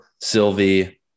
Sylvie